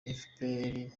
efuperi